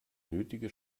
nötige